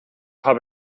habe